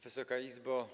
Wysoka Izbo!